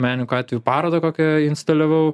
menininko atveju parodą kokią instaliavau